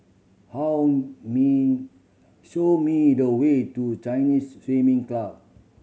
how me show me the way to Chinese Swimming Club